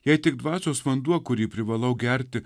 jei tik dvasios vanduo kurį privalau gerti